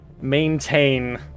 maintain